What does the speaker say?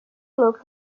looked